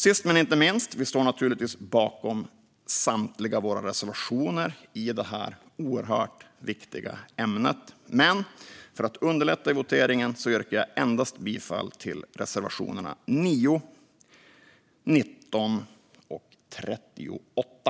Sist men inte minst står vi naturligtvis bakom samtliga våra reservationer i detta oerhört viktiga ämne, men för att underlätta vid voteringen yrkar jag bifall endast till reservationerna 9, 19 och 38.